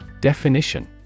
Definition